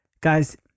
guys